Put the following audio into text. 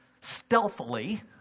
stealthily